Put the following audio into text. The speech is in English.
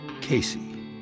Casey